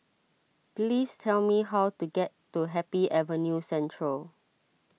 please tell me how to get to Happy Avenue Central